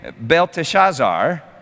Belteshazzar